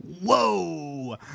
whoa